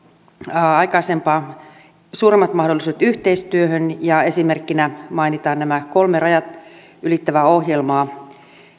aikaisempaa suuremmat mahdollisuudet yhteistyöhön esimerkkinä mainitaan nämä kolme rajat ylittävää ohjelmaa